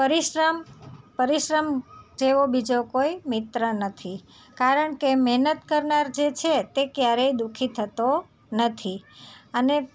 પરિશ્રમ પરિશ્રમ જેવો બીજો કોઈ મિત્ર નથી કારણ કે મહેનત કરનાર જે છે તે ક્યારેય દુખી થતો નથી અને